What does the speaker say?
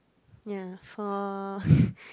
ya for